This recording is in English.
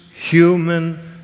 human